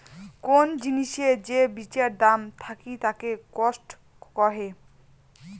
কোন জিনিসের যে বিচার দাম থাকিতাকে কস্ট কহে